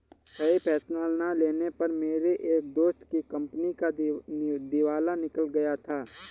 सही फैसला ना लेने पर मेरे एक दोस्त की कंपनी का दिवाला निकल गया था